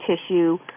tissue